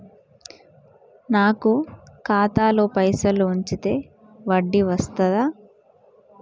నాకు ఖాతాలో పైసలు ఉంచితే వడ్డీ వస్తదా?